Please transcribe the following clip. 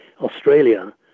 Australia